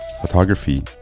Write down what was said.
photography